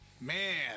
Man